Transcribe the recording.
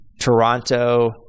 Toronto